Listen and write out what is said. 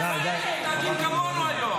הייתם מתנהגים כמונו היום.